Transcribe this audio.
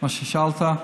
למה ששאלת.